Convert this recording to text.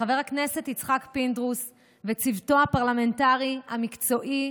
חבר הכנסת יצחק פינדרוס וצוותו הפרלמנטרי המקצועי,